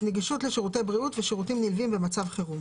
נגישות לשירותי בריאות ושירותים נלווים במצב חירום